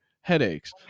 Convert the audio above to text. headaches